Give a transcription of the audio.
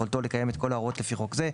ביכולתו לקיים את כל ההוראות לפי חוק זה,